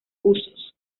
usos